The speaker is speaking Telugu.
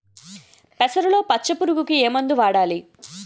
పెసరలో పచ్చ పురుగుకి ఏ మందు వాడాలి?